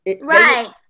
Right